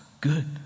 good